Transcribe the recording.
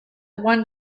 one